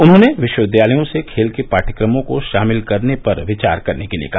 उन्होंने विश्वविद्यालयों से खेल के पाठ्यक्रमों को शामिल करने पर विचार करने के लिये कहा